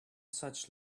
such